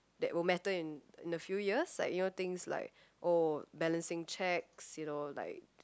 that will matter in in a few years like you know things like oh balancing cheques you know like